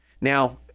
Now